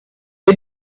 est